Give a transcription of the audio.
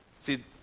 See